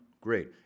great